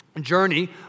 journey